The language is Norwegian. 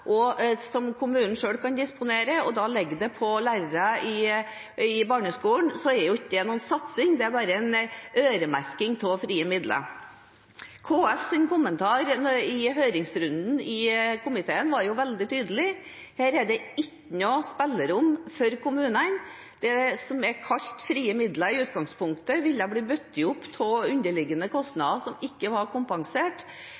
som kommunene selv kan disponere, til å legge dem til bruk på lærere i barneskolen, er ikke det noen satsing, det er bare en øremerking av frie midler. KS’ kommentar i høringsrunden i komiteen var veldig tydelig: Her er det ikke noe spillerom for kommunene. Det som er kalt frie midler i utgangspunktet, vil bli bundet opp på underliggende